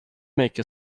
make